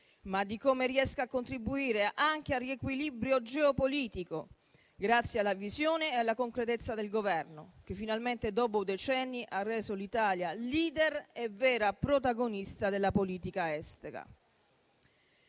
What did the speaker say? ma riesca anche a contribuire al riequilibrio geopolitico, grazie alla visione e alla concretezza del Governo che finalmente, dopo decenni, ha reso l'Italia *leader* e vera protagonista della politica estera.